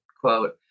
quote